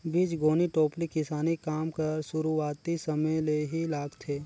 बीजगोनी टोपली किसानी काम कर सुरूवाती समे ले ही लागथे